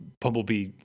Bumblebee